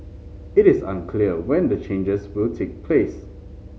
it is unclear when the changes will take place